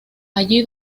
allí